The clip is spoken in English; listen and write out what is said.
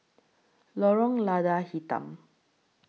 Lorong Lada Hitam